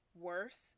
worse